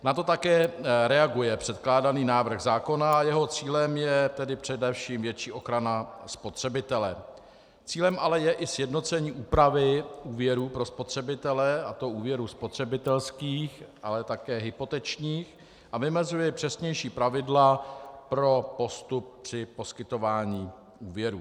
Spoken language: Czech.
Na to také reaguje předkládaný návrh zákona, jeho cílem je tedy především větší ochrana spotřebitele, cílem ale je i sjednocení úpravy úvěrů pro spotřebitele, a to úvěrů spotřebitelských, ale také hypotečních, a vymezuje přesnější pravidla pro postup při poskytování úvěru.